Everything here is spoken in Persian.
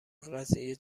قضیه